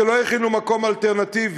כי לא הכינו מקום אלטרנטיבי.